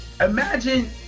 imagine